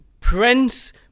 prince